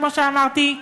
כמו שאמרתי,